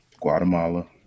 Guatemala